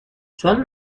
چون